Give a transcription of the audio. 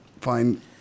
fine